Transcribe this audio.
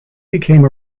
became